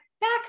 back